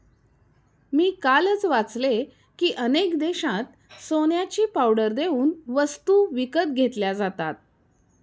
मी कालच वाचले की, अनेक देशांत सोन्याची पावडर देऊन वस्तू विकत घेतल्या जातात